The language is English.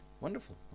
wonderful